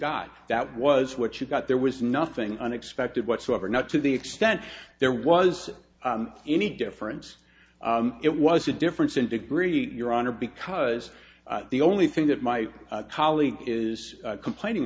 got that was what you got there was nothing unexpected whatsoever not to the extent there was any difference it was a difference in degree your honor because the only thing that my colleague is complaining